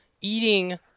eating